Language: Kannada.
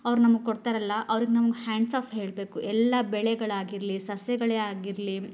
ಅವ್ರು ನಮ್ಗೆ ಕೊಡ್ತಾರಲ್ಲ ಅವ್ರ್ಗೆ ನಮ್ಗೆ ಹ್ಯಾಂಡ್ಸ್ ಆಫ್ ಹೇಳ್ಬೇಕು ಎಲ್ಲ ಬೆಳೆಗಳಾಗಿರಲಿ ಸಸ್ಯಗಳೇ ಆಗಿರಲಿ